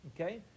Okay